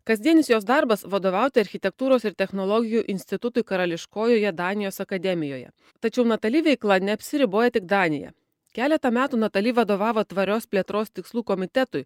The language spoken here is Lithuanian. kasdienis jos darbas vadovauti architektūros ir technologijų institutui karališkojoje danijos akademijoje tačiau natali veikla neapsiriboja tik danija keletą metų natali vadovavo tvarios plėtros tikslų komitetui